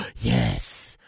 yes